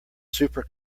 super